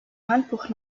handbuch